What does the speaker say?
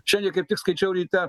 šiandie kaip tik skaičiau ryte